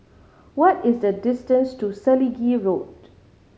what is the distance to Selegie Road